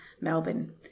Melbourne